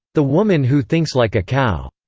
the woman who thinks like a cow,